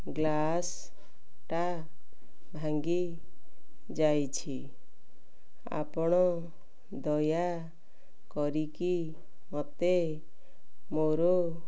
ଗ୍ଲାସ୍ଟା ଭାଙ୍ଗି ଯାଇଛି ଆପଣ ଦୟା କରିକି ମୋତେ ମୋର